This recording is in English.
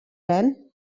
then